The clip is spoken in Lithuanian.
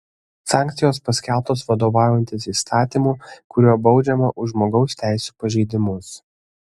sankcijos paskelbtos vadovaujantis įstatymu kuriuo baudžiama už žmogaus teisių pažeidimus